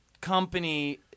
company